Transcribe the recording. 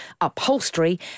upholstery